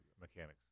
mechanics